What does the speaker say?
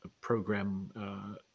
program